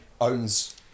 owns